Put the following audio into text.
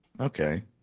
Okay